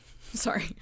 Sorry